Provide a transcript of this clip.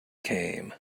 came